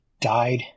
died